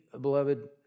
beloved